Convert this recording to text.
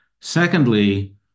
Secondly